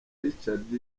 richard